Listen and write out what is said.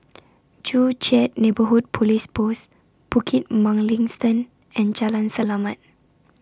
Joo Chiat Neighbourhood Police Post Bukit Mugliston and Jalan Selamat